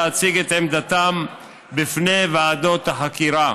להציג את עמדתם בפני ועדות החקירה.